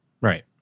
Right